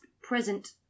present